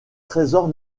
trésors